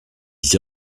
sie